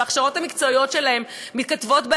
וההכשרות המקצועיות שלהן מתכתבות,